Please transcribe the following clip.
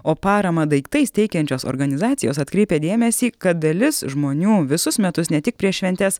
o paramą daiktais teikiančios organizacijos atkreipia dėmesį kad dalis žmonių visus metus ne tik prieš šventes